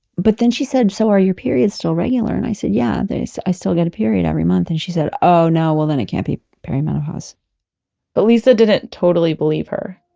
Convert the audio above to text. but then she said so are your periods still regular? and i said yeah. i still get a period every month and she said oh now well then it can't be peri menopause but lisa didn't totally believe her.